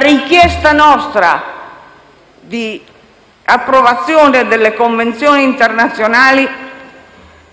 richiesta di approvazione delle convenzioni internazionali